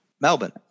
Melbourne